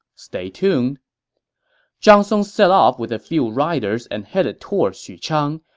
stay tuned zhang song set off with a few riders and headed toward xuchang.